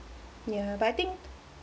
ya but I think